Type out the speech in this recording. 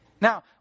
Now